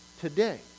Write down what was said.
today